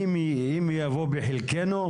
אם יבוא בחלקנו,